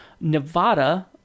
Nevada